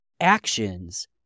actions